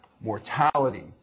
mortality